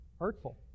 hurtful